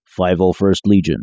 501stLegion